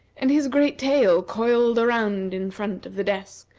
and his great tail coiled around, in front of the desk,